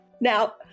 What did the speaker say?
Now